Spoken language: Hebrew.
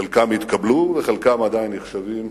חלקם התקבלו, וחלקם עדיין נחשבים